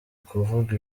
kuvuga